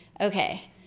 okay